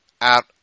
out